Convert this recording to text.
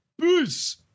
Peace